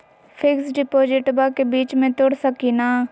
Fix डिपोजिटबा के बीच में तोड़ सकी ना?